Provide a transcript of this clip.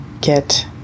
get